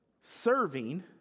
serving